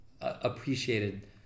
appreciated